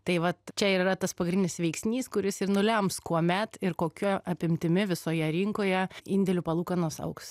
tai vat čia yra tas pagrindinis veiksnys kuris ir nulems kuomet ir kokia apimtimi visoje rinkoje indėlių palūkanos augs